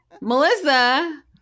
Melissa